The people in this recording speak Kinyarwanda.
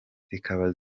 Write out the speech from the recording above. zikaba